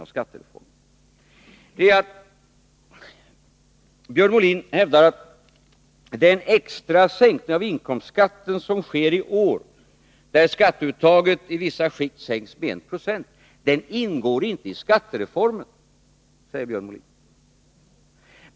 Vidare hävdade Björn Molin att den extra sänkning av inkomstskatten som sker i år — skatteuttaget sänks i vissa skikt med 1 96 — inte ingår i skattereformen.